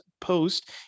Post